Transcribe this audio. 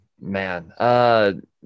man